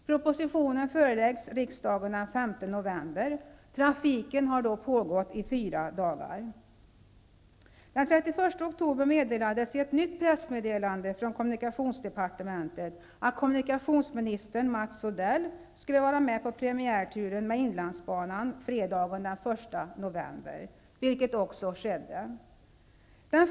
Propositionen föreläggs riksdagen den 5 november. Trafiken har då pågått i fyra dagar! Den 31 oktober sades det i ett nytt pressmeddelande från kommunikationsdepartementet att kommunikationsminister Mats Odell skulle vara med på premiärturen på inlandsbanan fredag den 1 november, vilket också skedde.